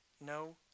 no